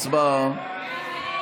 הצבעה.